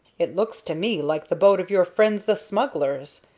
it looks to me like the boat of your friends the smugglers,